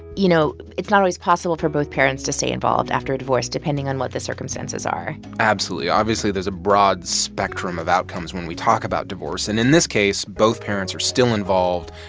you know, it's not always possible for both parents to stay involved after a divorce, depending on what the circumstances are absolutely. obviously, there's a broad spectrum of outcomes when we talk about divorce, and in this case, both parents are still involved.